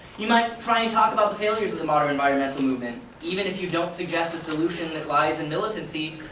you might try and talk about failures in the modern environmental movement, even if you don't suggest a solution that lies in militancy,